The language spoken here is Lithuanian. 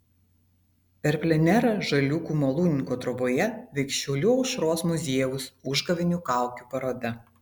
per plenerą žaliūkių malūnininko troboje veiks šiaulių aušros muziejaus užgavėnių kaukių paroda